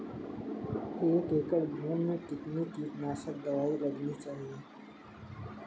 एक एकड़ भूमि में कितनी कीटनाशक दबाई लगानी चाहिए?